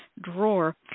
drawer